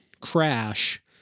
crash